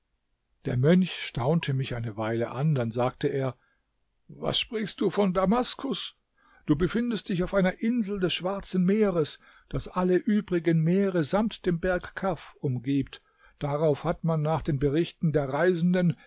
der mönch staunte mich eine weile an dann sagte er was sprichst du von damaskus du befindest dich auf einer insel des schwarzen meeres das alle übrigen meere samt dem berg kaf umgibt darauf hat man nach den berichten der reisenden